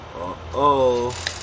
Uh-oh